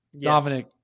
Dominic